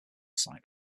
site